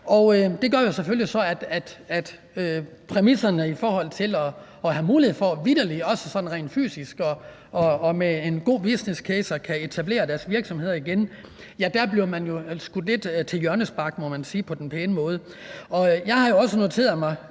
at præmisserne i forhold til at have mulighed for også sådan rent fysisk og med en god business case at kunne etablere sin virksomhed igen, bliver skudt lidt til hjørne, må man sige – sagt på en pæn måde. Jeg har også noteret mig